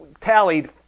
tallied